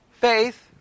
faith